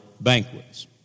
banquets